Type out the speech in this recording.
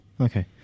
okay